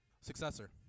successor